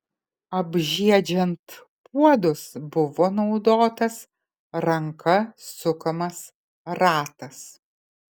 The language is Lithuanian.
apžiedžiant puodus buvo naudotas ranka sukamas ratas